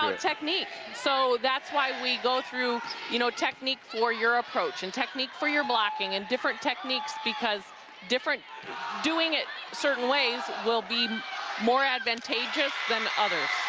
ah technique so that's why we go through you know technique for your approach and technique for your blocking and different techniques because doing it certain ways will be more advantageous than others.